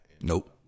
Nope